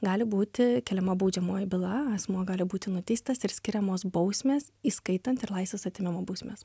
gali būti keliama baudžiamoji byla asmuo gali būti nuteistas ir skiriamos bausmės įskaitant ir laisvės atėmimo bausmes